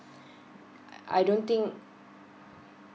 I don't think